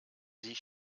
sie